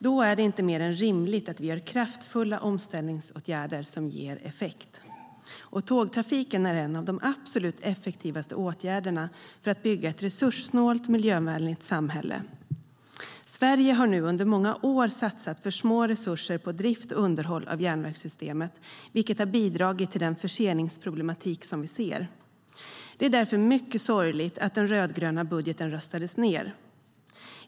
Då är det inte mer än rimligt att vi gör kraftfulla omställningsåtgärder som ger effekt. Det är därför mycket sorgligt att den rödgröna budgeten röstades ned.